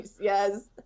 Yes